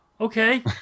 Okay